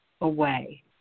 away